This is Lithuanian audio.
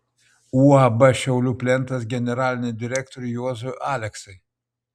uab šiaulių plentas generaliniam direktoriui juozui aleksai